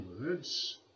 words